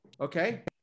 Okay